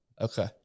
Okay